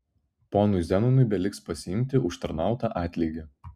ponui zenonui beliks pasiimti užtarnautą atlygį